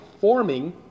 forming